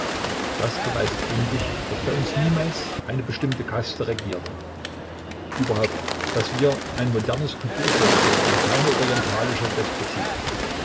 das beweist bündig daß bei uns niemals eine bestimmte kaste regiert hat überhaupt daß wir ein modernes kulturvolk sind und keine orientalische despotie